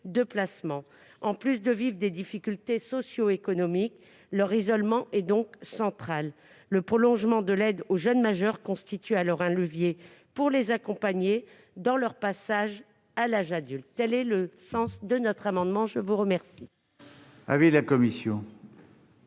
de placement. En plus de vivre des difficultés socioéconomiques, leur isolement est donc central. Le prolongement de l'aide aux jeunes majeurs constitue alors un levier pour les accompagner dans leur passage à l'âge adulte. Quel est l'avis de la commission ? Comme